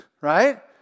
right